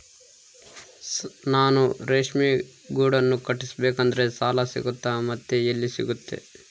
ನಾನು ರೇಷ್ಮೆ ಗೂಡನ್ನು ಕಟ್ಟಿಸ್ಬೇಕಂದ್ರೆ ಸಾಲ ಸಿಗುತ್ತಾ ಮತ್ತೆ ಎಲ್ಲಿ ಸಿಗುತ್ತೆ?